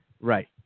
Right